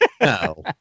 no